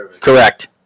Correct